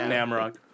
Namrock